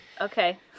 Okay